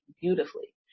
beautifully